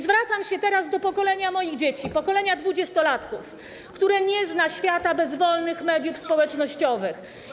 Zwracam się teraz do pokolenia moich dzieci, pokolenia dwudziestolatków, które nie zna świata bez wolnych mediów społecznościowych.